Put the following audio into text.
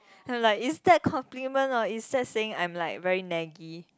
and is that compliment or is that saying I'm like very naggy